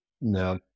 No